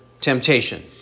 temptation